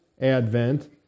advent